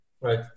Right